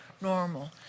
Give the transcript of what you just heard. Normal